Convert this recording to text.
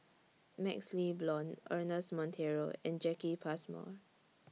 MaxLe Blond Ernest Monteiro and Jacki Passmore